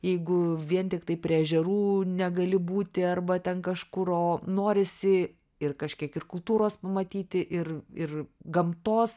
jeigu vien tiktai prie ežerų negali būti arba ten kažkur o norisi ir kažkiek ir kultūros pamatyti ir ir gamtos